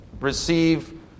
receive